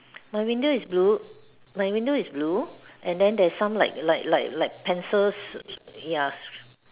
my window is blue my window is blue and then there's some like like like like pencil so ya